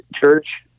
Church